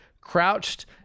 crouched